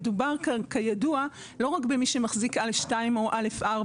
מדובר כאן כידוע לא רק במי שמחזיק א.2 או א.4.